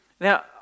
Now